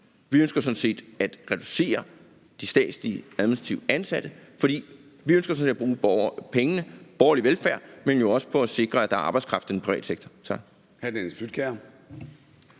vi ønsker at reducere i forhold til de statslige administrative ansatte. For vi ønsker at bruge pengene til borgernær velfærd, men jo også på at sikre, at der er arbejdskraft i den private sektor.